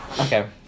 Okay